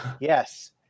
Yes